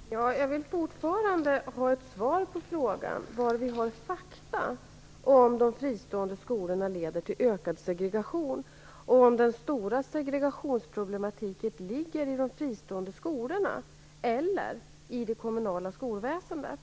Fru talman! Jag vill fortfarande ha ett svar på frågan var vi har fakta om att de fristående skolorna leder till ökad segregation och om de stora segregationsproblemen ligger i de fristående skolorna eller i det kommunala skolväsendet.